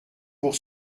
pour